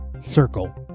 circle